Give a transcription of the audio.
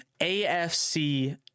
afc